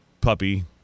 puppy